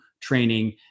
training